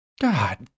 God